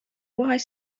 باهاش